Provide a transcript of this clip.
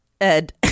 Ed